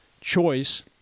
choice